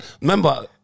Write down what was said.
remember